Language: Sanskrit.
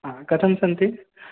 हा कथं सन्ति